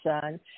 son